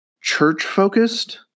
church-focused